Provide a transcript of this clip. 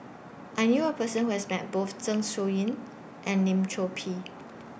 I knew A Person Who has Met Both Zeng Shouyin and Lim Chor Pee